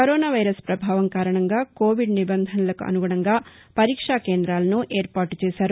corona virus ప్రభావం కారణంగా Covid నిబంధనలకు అనుగుణంగా పరీక్షా కేందాలను ఏర్పాటు చేశారు